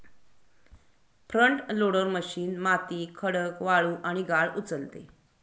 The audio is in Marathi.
फ्रंट लोडर मशीन माती, खडक, वाळू आणि गाळ उचलते